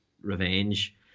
revenge